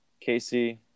Casey